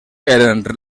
eren